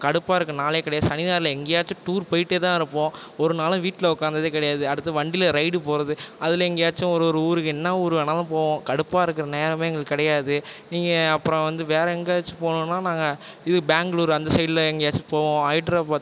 கடுப்பாக இருக்க நாளே கிடையாது சனி ஞாயிறில் எங்கேயாச்சும் டூர் போயிகிட்டேதான் இருப்போம் ஒரு நாளும் வீட்டில் உக்கார்ந்ததே கிடையாது அடுத்து வண்டியில் ரைடு போவது அதில் எங்கேயாச்சும் ஒரு ஒரு ஊருக்கு என்ன ஊர் வேணாலும் போவோம் கடுப்பாக இருக்கிற நேரமே எங்களுக்கு கிடையாது நீங்கள் அப்புறம் வந்து வேறு எங்காயாச்சும் போகணும்னா நாங்கள் இது பேங்களூர் அந்த சைடில் எங்கேயாச்சும் போவோம் ஹைதராபாத்